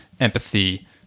empathy